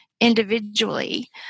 individually